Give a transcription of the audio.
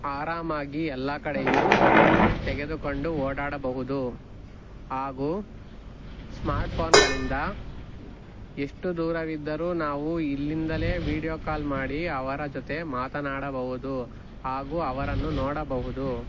ಆರಾಮಾಗಿ ಎಲ್ಲ ಕಡೆಯೂ ತೆಗೆದುಕೊಂಡು ಓಡಾಡಬಹುದು ಹಾಗೂ ಸ್ಮಾರ್ಟ್ಫೋನ್ಗಳಿಂದ ಎಷ್ಟು ದೂರವಿದ್ದರೂ ನಾವು ಇಲ್ಲಿಂದಲೇ ವೀಡ್ಯೋ ಕಾಲ್ ಮಾಡಿ ಅವರ ಜೊತೆ ಮಾತನಾಡಬಹುದು ಹಾಗೂ ಅವರನ್ನು ನೋಡಬಹುದು